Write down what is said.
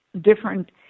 different